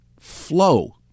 flow